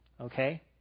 okay